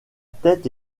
tête